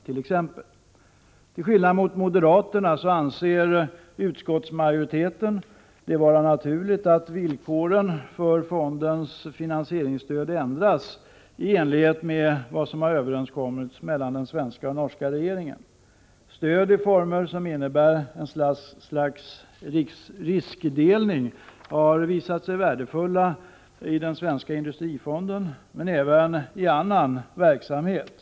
Till skillnad från moderaterna anser utskottsmajoriteten det vara naturligt att villkoren för fondens finansieringsstöd ändras i enlighet med vad som har överenskommits mellan den svenska och den norska regeringen. Stöd i former som innebär ett slags riskdelning har visat sig värdefulla i den svenska industrifonden, men även i annan verksamhet.